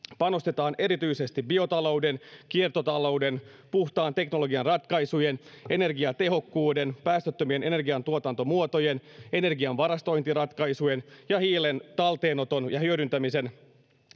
panostetaan erityisesti biotalouden kiertotalouden puhtaan teknologian ratkaisujen energiatehokkuuden päästöttömien energiantuotantomuotojen energian varastointiratkaisujen ja hiilen talteenoton ja hyödyntämisen